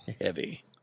Heavy